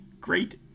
great